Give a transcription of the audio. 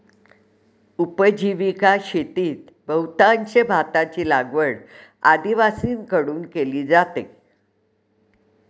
उपजीविका शेतीत बहुतांश भाताची लागवड आदिवासींकडून केली जाते